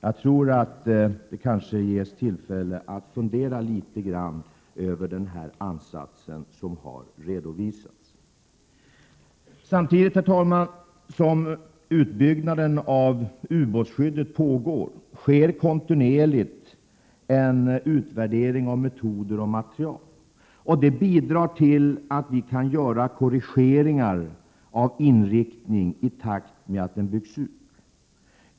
Moderaterna kanske får tillfälle att något fundera över den ansats som de har redovisat i denna fråga. Samtidigt som utbyggnaden av ubåtsskyddet pågår sker en kontinuerlig utvärdering av metoder och material. Detta bidrar till att vi kan göra korrigeringar av inriktningen i takt med utbyggnaden.